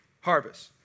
harvest